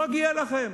מגיע לכם.